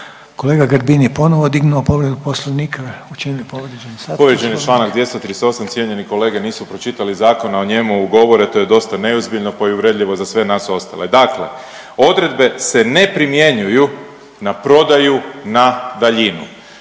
Kolega Grbin je ponovo dignuo povredu Poslovnika. U čem je povrijeđen Poslovnik? **Grbin, Peđa (SDP)** Povrijeđen je članak 238. cijenjeni kolege nisu pročitali zakon a o njemu govore, to je dosta neozbiljno pa i uvredljivo za sve nas ostale. Dakle, odredbe se ne primjenjuju na prodaju na daljinu.